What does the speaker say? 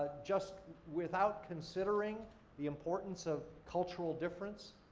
ah just without considering the importance of cultural differences,